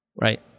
Right